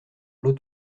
l’eau